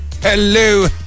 Hello